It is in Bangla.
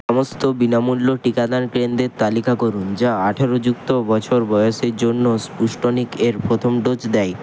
সমস্ত বিনামূল্য টিকাদান কেন্দ্রের তালিকা করুন যা আঠারো যুক্ত বছর বয়সের জন্য স্পুটনিক এর প্রথম ডোজ দেয়